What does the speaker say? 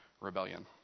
rebellion